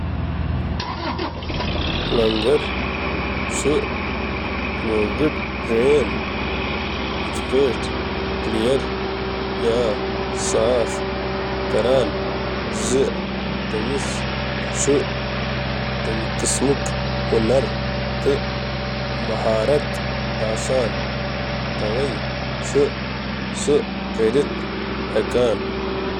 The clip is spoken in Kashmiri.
پلنجر ہینڈل مضبوطی سۭتۍ رٹنٕچ ضروٗرت تہٕ پلنجر نالہٕ پٮ۪ٹھ دوٗر کڑنہٕ برٛونٛہہ چھُ پلنجر پنٛدہہ پٮ۪ٹھ وُہُہ لَٹہِ ہوٚر تہٕ بۄن پمپ کرنٕچ ضروٗرت۔